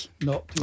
No